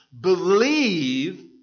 believe